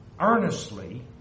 earnestly